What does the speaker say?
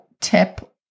tip